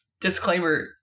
Disclaimer